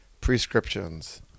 Prescriptions